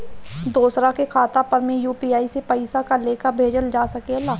दोसरा के खाता पर में यू.पी.आई से पइसा के लेखाँ भेजल जा सके ला?